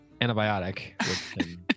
antibiotic